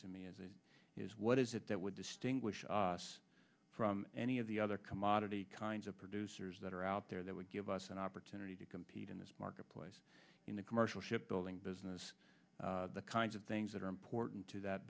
to me as it is what is it that would distinguish us from any of the other commodity kinds of producers that are out there that would give us an opportunity to compete in this marketplace in the commercial ship building business the kinds of things that are important to that